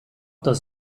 does